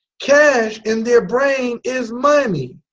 cash in their brain is money